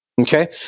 okay